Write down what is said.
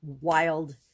wild